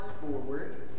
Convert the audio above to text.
forward